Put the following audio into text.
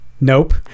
Nope